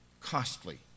costly